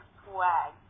swag